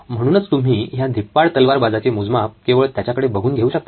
म्हणूनच तुम्ही ह्या धिप्पाड तलवारबाजाचे मोजमाप केवळ त्याच्याकडे बघून घेऊ शकता